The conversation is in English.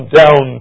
down